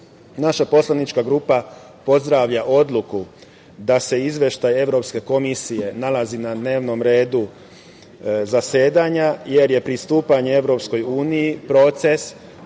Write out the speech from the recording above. poslanička grupa pozdravlja odluku da se Izveštaj Evropske komisije nalazi na dnevnom redu zasedanja, jer je pristupanje EU proces